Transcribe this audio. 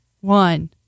one